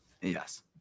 Yes